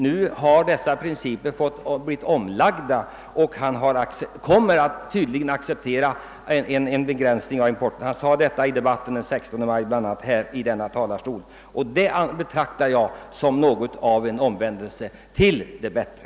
Nu har han ändrat sina principer och kommer tydligen att acceptera en begränsning av importen. Detta framhöll han i debatten i riksdagen den 16 maj och det uttalandet betraktar jag som något av en omvändelse till det bättre.